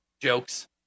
jokes